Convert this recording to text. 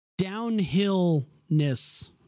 downhillness